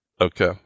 Okay